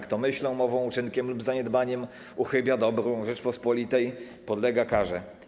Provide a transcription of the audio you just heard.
Kto myślą, mową, uczynkiem lub zaniedbaniem uchybia dobru Rzeczypospolitej, podlega karze.